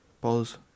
Buzz